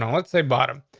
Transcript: and let's say bottom.